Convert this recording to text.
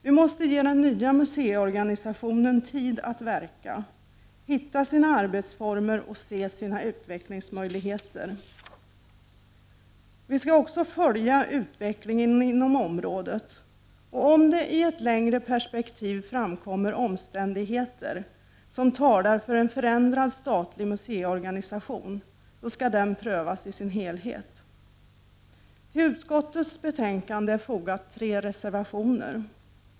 Vi måste ge den nya museiorganisationen tid att verka, hitta sina arbetsformer och se sina utvecklingsmöjligheter. Vi skall också följa utvecklingen inom området, och om det i ett längre perspektiv framkommer omständigheter som talar för en förändrad statlig museiorganisation skall den prövas i sin helhet. Till utskottets betänkande har fogats tre reservationer.